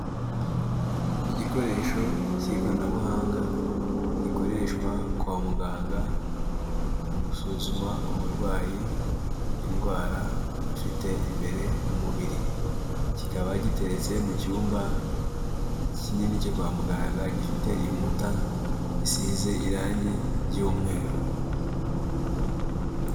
Igikoresho cy'ikoranabuhanga, gikoreshwa kwa muganga, mu gusuzuma umurwayi indwara afite imbere mu mubiri, kikaba giteretse mu cyumba kinini cyo kwa muganga gifite inkuta zisize irangi ry'umweru.